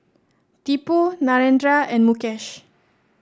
Tipu Narendra and Mukesh